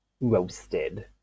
Roasted